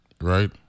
right